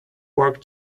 work